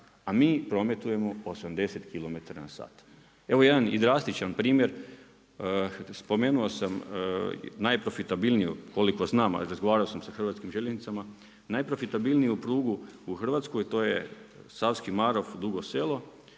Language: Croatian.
a mi prometujemo 80 km/h. Evo jedan i drastičan primjer. Spomenuo sam najprofitabilniju koliko znam, a razgovarao sam sa Hrvatskim željeznicama najprofitabilniju prugu u Hrvatskoj, to je Savski Marof – Dugo Selo